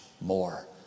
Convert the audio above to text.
more